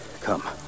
Come